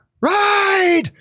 Ride